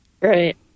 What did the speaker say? Right